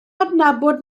adnabod